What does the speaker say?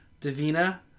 Davina